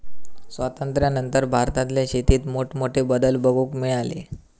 स्वातंत्र्यानंतर भारतातल्या शेतीत मोठमोठे बदल बघूक मिळाले